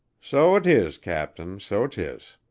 so tis, captain so tis.